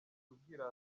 ubwirasi